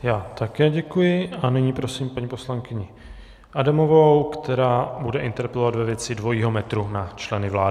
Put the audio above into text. Já také děkuji a nyní prosím paní poslankyni Adamovou, která bude interpelovat ve věci dvojího metru na členy vlády.